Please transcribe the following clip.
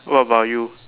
what about you